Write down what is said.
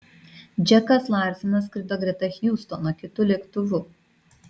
džekas larsenas skrido greta hiustono kitu lėktuvu